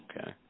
okay